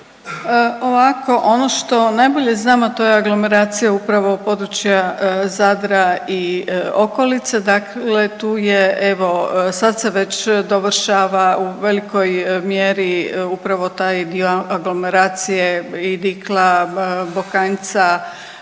Ovako ono što najbolje znam, a to je aglomeracija upravo područja Zadra i okolice dakle tu je evo sad se već dovršava u velikoj mjeri upravo taj dio aglomeracije i Dila, Bokanjca,